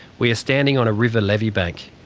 we are standing on a river levee bank,